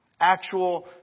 Actual